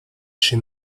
she